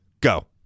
go